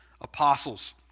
apostles